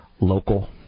local